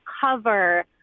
cover